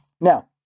Now